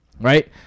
right